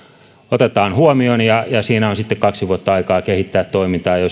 otetaan huomioon ja ja siinä on sitten kaksi vuotta aikaa kehittää toimintaa